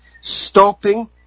stopping